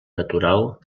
natural